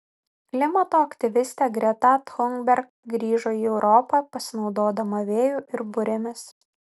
klimato aktyvistė greta thunberg grįžo į europą pasinaudodama vėju ir burėmis